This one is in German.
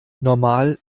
normal